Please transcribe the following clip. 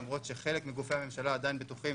למרות שחלק מגופי הממשלה עדיין בטוחים